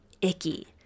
icky